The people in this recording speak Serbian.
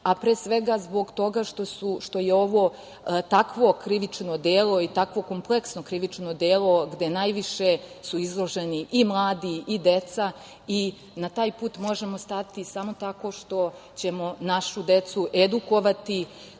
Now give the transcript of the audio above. a pre svega zbog toga što je ovo takvo krivično delo i takvo kompleksno krivično delo gde su najviše izloženi i mladi i deca i na taj put možemo stati samo tako što ćemo našu decu edukovati,